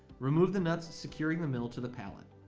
remove the nuts securing the middle to the pallet